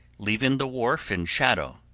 leaving the wharf in shadow.